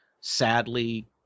sadly